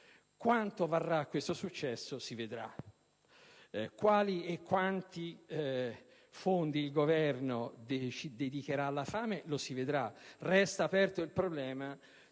Quanto varrà questo successo si vedrà. Quali e quanti fondi il Governo dedicherà alla fame lo si vedrà. Resta aperto il problema,